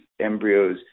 embryos